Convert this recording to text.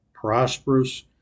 prosperous